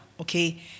okay